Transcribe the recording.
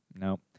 No